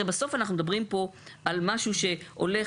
הרי בסוף אנחנו מדברים פה על משהו שהולך